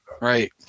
right